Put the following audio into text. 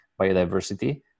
biodiversity